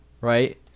right